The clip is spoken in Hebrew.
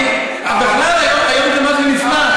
בכלל היום זה משהו נפלא,